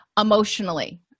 emotionally